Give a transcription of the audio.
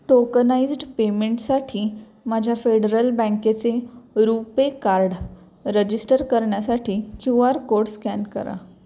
tokenised पेमेंटसाठी माझ्या federal बँकेचे रुपे कार्ड रजिस्टर करण्यासाठी क्यू आर कोड स्कॅन करा